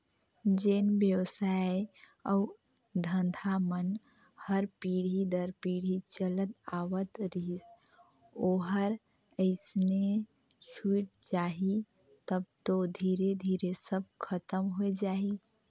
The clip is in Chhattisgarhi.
जेन बेवसाय अउ धंधा मन हर पीढ़ी दर पीढ़ी चलत आवत रहिस ओहर अइसने छूटत जाही तब तो धीरे धीरे सब खतम होए जाही